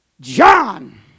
John